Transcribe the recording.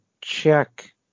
check